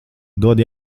dod